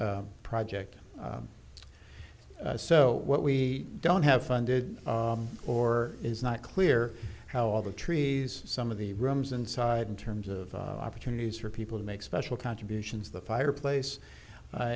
project so what we don't have funded or is not clear how all the trees some of the rooms inside in terms of opportunities for people to make special contributions the fireplace a